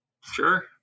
Sure